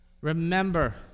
Remember